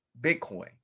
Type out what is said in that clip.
Bitcoin